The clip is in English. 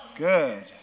Good